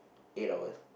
eight hours